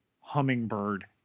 hummingbird